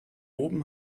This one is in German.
oben